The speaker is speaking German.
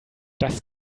das